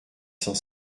cent